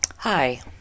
Hi